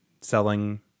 selling